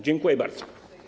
Dziękuję bardzo.